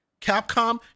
Capcom